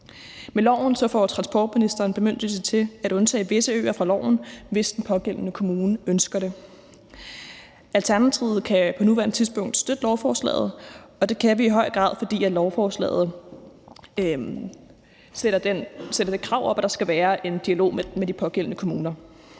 Med loven får transportministeren bemyndigelse til at undtage visse øer fra loven, hvis den pågældende kommune ønsker det. Alternativet kan på nuværende tidspunkt støtte lovforslaget, og det kan vi i høj grad, fordi lovforslaget sætter det krav op, at der skal være en dialog med de pågældende kommuner.